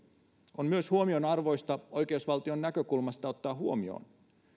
on myös huomionarvoista oikeusvaltion näkökulmasta ottaa huomioon